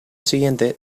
siguiente